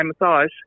massage